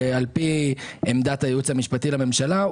ועל פי עמדת הייעוץ המשפטי לממשלה,